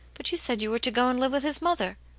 but you said you were to go and live with his mother.